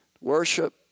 worship